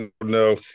No